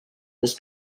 this